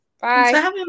Bye